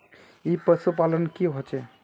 ई पशुपालन की होचे?